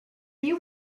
you